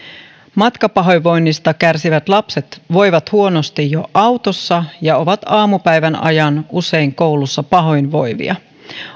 matkapahoinvoinnista kärsivät lapset voivat huonosti jo autossa ja ovat aamupäivän ajan usein koulussa pahoinvoivia